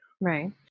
right